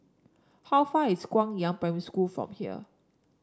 how far is Guangyang Primary School from here